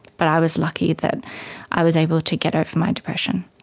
but i was lucky that i was able to get over my depression.